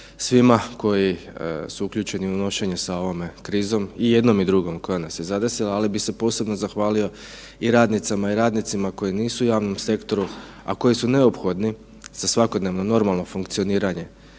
svima koji su uključeni u nošenju sa ovom krizom i jednom i drugom koja nas je zadesila, ali bi se posebno zahvalio i radnicama i radnicima koji nisu u javnom sektoru, a koji su neophodni za svakodnevno normalno funkcioniranje